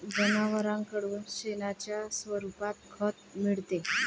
जनावरांकडून शेणाच्या स्वरूपात खत मिळते